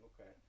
Okay